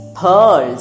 pearls